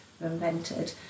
invented